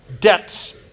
debts